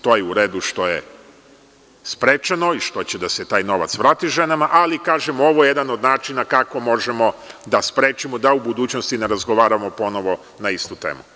To je u redu što je sprečeno i što će da se taj novac vrati ženama, ali, kažem da je ovo jedan od načina kako možemo da sprečimo da u budućnosti ne razgovaramo ponovo na istu temu.